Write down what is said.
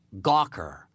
Gawker